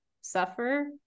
suffer